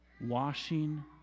Washing